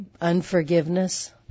Unforgiveness